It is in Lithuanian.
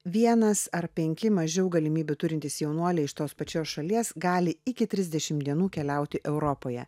vienas ar penki mažiau galimybių turintys jaunuoliai iš tos pačios šalies gali iki trisdešim dienų keliauti europoje